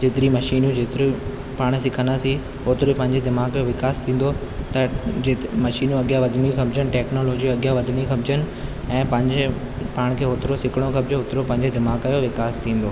जेतिरी मशीनूं जेतिरो पाण सिखंदासीं ओतिरो पंहिंजे दिमाग़ जो विकास थींदो त जंहिं मशीनूं अॻियां वधिजणु खपिजनि टेक्नोलॉजी अॻियां वधणु खपिजनि ऐं पंहिंजे पाण खे ओतरो सिखणो खपिजे ओतिरो पंहिंजे दिमाग़ जो विकास थींदो